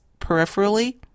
peripherally